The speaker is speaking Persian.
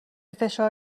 فشار